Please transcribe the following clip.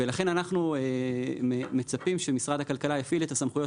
לכן אנחנו מצפים שמשרד הכלכלה יפעיל את הסמכויות